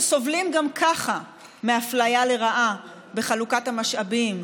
שסובלים גם ככה מאפליה לרעה בחלוקת המשאבים,